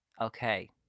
Okay